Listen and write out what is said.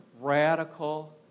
radical